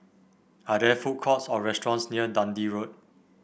are there food courts or restaurants near Dundee Road